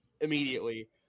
immediately